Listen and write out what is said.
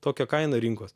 tokia kaina rinkos